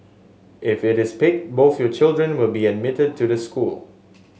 if it is picked both your children will be admitted to the school